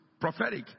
prophetic